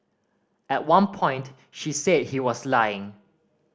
at one point she said he was lying